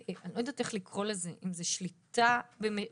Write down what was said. אני לא יודעת איך לקרוא לזה, אם זה שליטה בתמחור.